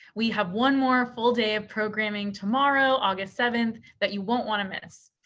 we have one more full day of programming tomorrow, august seventh, that you won't want to miss.